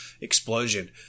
explosion